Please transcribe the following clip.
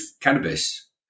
cannabis